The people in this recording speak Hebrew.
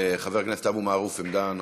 חבר הכנסת אבו מערוף, עמדה נוספת,